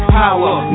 power